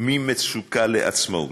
ממצוקה לעצמאות,